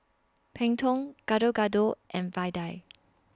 Png Tao Gado Gado and Vadai